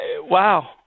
wow